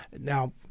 Now